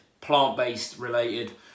plant-based-related